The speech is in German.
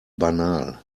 banal